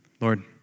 Lord